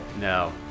No